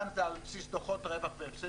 כאן זה על בסיס דוחות רווח והפסד.